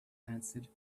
answered